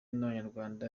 n’abanyarwanda